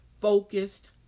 focused